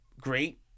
great